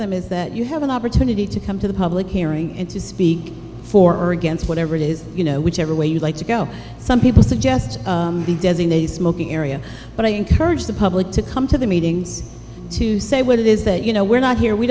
them is that you have an opportunity to come to the public hearing and to speak for or against whatever it is you know whichever way you like to go some people suggest the designated smoking area but i encourage the public to come to the meetings to say what it is that you know we're not here we